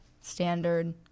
standard